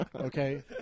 Okay